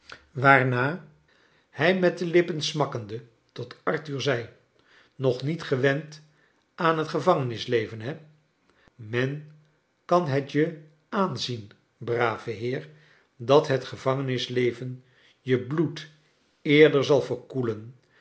waarna hij met de lippen smakkeade tot arthur zei nog niet gewend aan het gevangenisleven he men kan liet je aanzien brave heer dat het gevangenisleven je bloed eerder zal verkoelen